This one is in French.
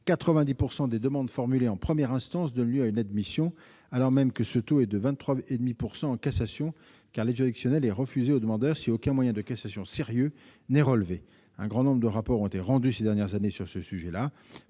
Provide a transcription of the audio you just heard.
90 % des demandes formulées en première instance donnent lieu à une admission, alors que ce taux est de 23 ,5 % en cassation, où l'aide juridictionnelle est refusée aux demandeurs si aucun moyen de cassation sérieux n'est relevé. Un grand nombre de rapports ont été rendus ces dernières années sur ce sujet-là,